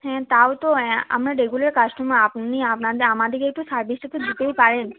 হ্যাঁ তাও তো আমরা রেগুলার কাস্টমার আপনি আপনাদে আমাদেরকে একটু সার্ভিসটা তো দিতেই পারেন